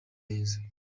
aheza